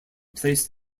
placed